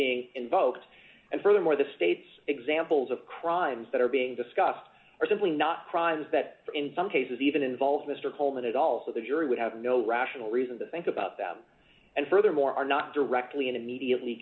being invoked and furthermore the state's examples of crimes that are being discussed are simply not crimes that in some cases even involve mr coleman is also the jury would have no rational reason to think about them and furthermore are not directly and immediately